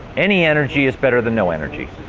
any energy is better than no energy.